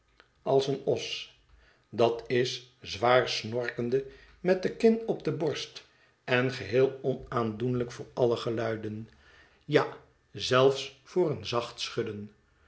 als een os dat is zwaar snorkende met de kin op de borst en geheel onaandoenlijk voor alle geluiden ja zelfs voor een zacht schudden